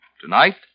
Tonight